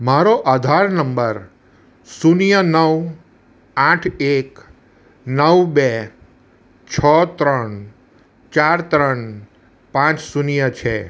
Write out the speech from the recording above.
મારો આધાર નંબર શૂન્ય નવ આઠ એક નવ બે છ ત્રણ ચાર ત્રણ પાંચ શૂન્ય છે